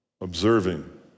observing